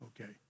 okay